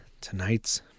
tonight's